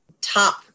top